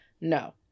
no